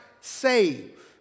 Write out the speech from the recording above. save